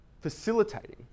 facilitating